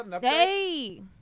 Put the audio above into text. hey